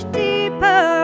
deeper